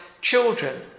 children